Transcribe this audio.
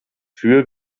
für